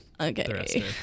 Okay